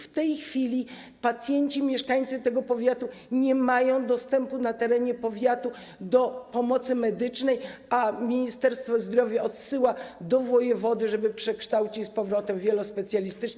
W tej chwili pacjenci, mieszkańcy tego powiatu nie mają dostępu na terenie powiatu do pomocy medycznej, a Ministerstwo Zdrowia odsyła do wojewody, żeby przekształcił go z powrotem w wielospecjalistyczny.